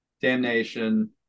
Damnation